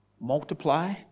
Multiply